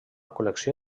col·lecció